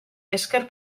esker